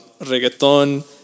reggaeton